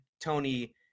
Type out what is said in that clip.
tony